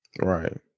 Right